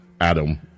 Adam